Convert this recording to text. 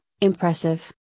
impressive